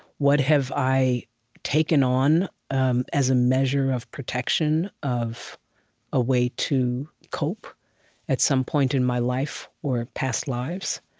what have i taken on um as a measure of protection, of a way to cope at some point in my life or past lives,